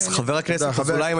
חבר הכנסת אזולאי,